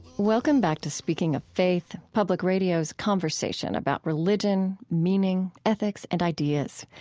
welcome back to speaking of faith, public radio's conversation about religion, meaning, ethics, and ideas.